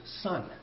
son